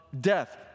Death